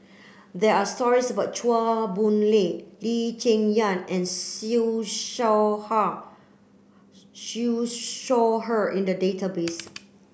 there are stories about Chua Boon Lay Lee Cheng Yan and Siew Shaw Siew Shaw Her in the database